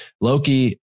Loki